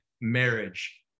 marriage